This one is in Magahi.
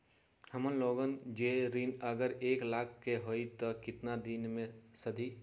हमन लोगन के जे ऋन अगर एक लाख के होई त केतना दिन मे सधी?